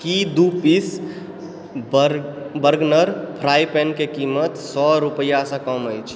की दू piece burner fry pan के कीमत सए रुपैआसँ कम अछि